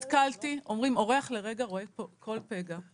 אומרים אורח לרגע רואה כל פגע.